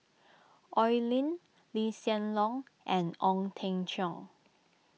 Oi Lin Lee Hsien Loong and Ong Teng Cheong